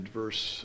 verse